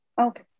Okay